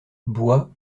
bois